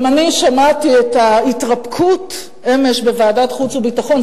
גם אני שמעתי את ההתרפקות אמש בוועדת חוץ וביטחון,